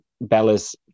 Bella's